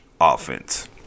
offense